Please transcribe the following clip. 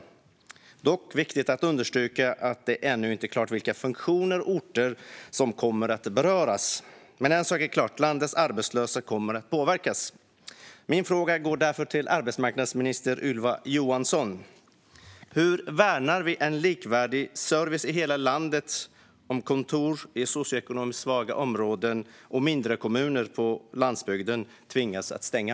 Det är dock viktigt att understryka att det ännu inte är klart vilka funktioner och orter som kommer att beröras. Men en sak är klar: Landets arbetslösa kommer att påverkas. Min fråga går därför till arbetsmarknadsminister Ylva Johansson: Hur värnar vi en likvärdig service i hela landet om Arbetsförmedlingens kontor i socioekonomiskt svaga områden och mindre kommuner på landsbygden tvingas att stänga?